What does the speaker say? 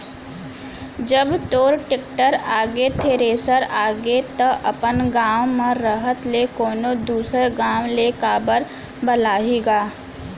जब तोर टेक्टर आगे, थेरेसर आगे त अपन गॉंव म रहत ले कोनों दूसर गॉंव ले काबर बलाही गा?